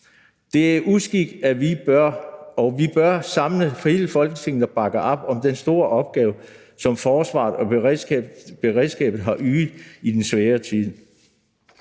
Det er en uskik, og vi bør samle hele Folketinget og bakke op om den store opgave, som forsvaret og beredskabet har ydet i den svære tid.